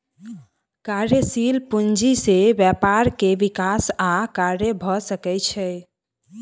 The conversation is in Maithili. कार्यशील पूंजी से व्यापार के विकास आ कार्य भ सकै छै